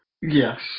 Yes